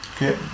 Okay